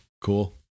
cool